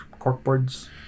corkboards